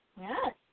Yes